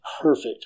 perfect